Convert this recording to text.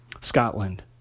Scotland